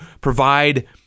provide